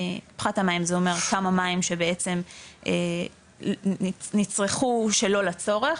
פחת המים זה אומר כמה מים שבעצם נצרכו שלא לצורך,